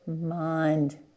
mind